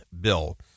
bill